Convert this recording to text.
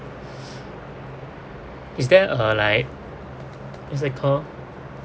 is there a like what's that call